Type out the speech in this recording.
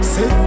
Say